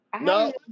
No